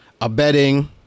abetting